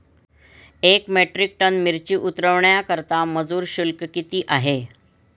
एक metric ton मिरची उतरवण्याकरता मजूर शुल्क किती आहे?